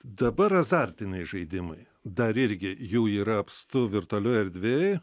dabar azartiniai žaidimai dar irgi jų yra apstu virtualioj erdvėj